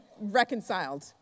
reconciled